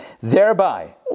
Thereby